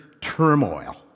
turmoil